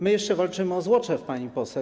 My jeszcze walczymy o Złoczew, pani poseł.